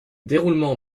déroulement